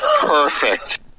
Perfect